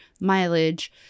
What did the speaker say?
mileage